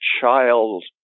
child